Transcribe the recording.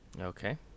Okay